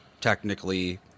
technically